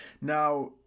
Now